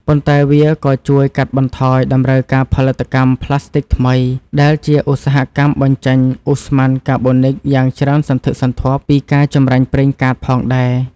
ប៉ុន្តែវាក៏ជួយកាត់បន្ថយតម្រូវការផលិតកម្មផ្លាស្ទិកថ្មី ដែលជាឧស្សាហកម្មបញ្ចេញឧស្ម័នកាបូនិកយ៉ាងច្រើនសន្ធឹកសន្ធាប់ពីការចម្រាញ់ប្រេងកាតផងដែរ។